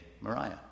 Mariah